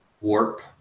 warp